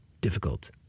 difficult